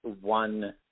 one